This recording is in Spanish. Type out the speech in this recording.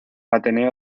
ateneo